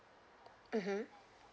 mmhmm